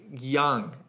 young